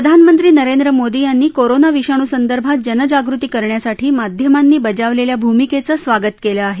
प्रधानमंत्री नरेंद्र मोदी यांनी कोरोना विषाणूसंदर्भात जनजागृती करण्यासाठी माध्यमांनी बजावलेल्या भूमिकेचं स्वागत केलं आहे